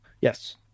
Yes